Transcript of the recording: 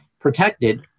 protected